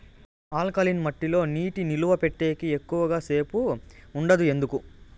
alkaline మట్టి లో నీటి నిలువ పెట్టేకి ఎక్కువగా సేపు ఉండదు ఎందుకు